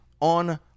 on